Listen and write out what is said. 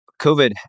COVID